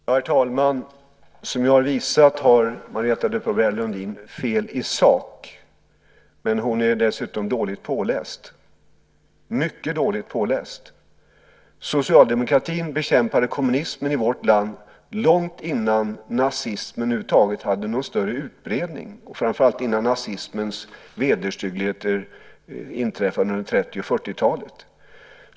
Herr talman! Som jag har visat har Marietta de Pourbaix-Lundin fel i sak, men hon är dessutom mycket dåligt påläst. Socialdemokratin bekämpade kommunismen i vårt land långt innan nazismen över huvud taget fick någon större utbredning och framför allt innan nazismens vederstyggligheter inträffade under 1930 och 1940-talen.